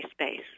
space